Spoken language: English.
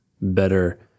better